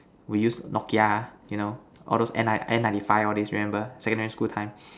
we use Nokia you know all those N ninety five all these remember secondary school time